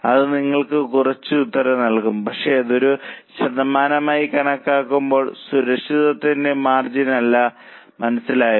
അത് നിങ്ങൾക്ക് കുറച്ച് ഉത്തരം നൽകും പക്ഷേ അത് ഒരു ശതമാനമായി കണക്കാക്കുമ്പോൾ സുരക്ഷിതത്വത്തിന്റെ മാർജിൻ അല്ല മനസ്സിലായോ